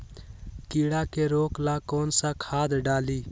कीड़ा के रोक ला कौन सा खाद्य डाली?